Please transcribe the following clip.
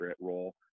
role